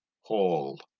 hall